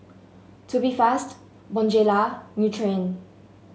Tubifast Bonjela Nutren